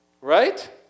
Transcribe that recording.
Right